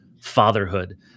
fatherhood